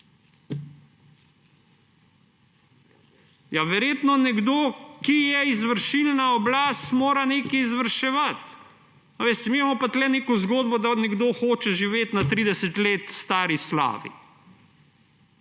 Verjetno nekdo, ki je izvršilna oblast, mora nekaj izvrševati, mi imamo pa tukaj neko zgodbo, da nekdo hoče živeti na 30 let stari slavi